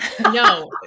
no